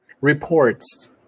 reports